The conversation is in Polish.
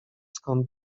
skąd